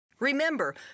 Remember